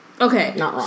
okay